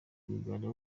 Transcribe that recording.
rwigara